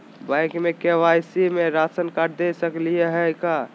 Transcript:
Bank में KYC में ration card दे सकली हई का?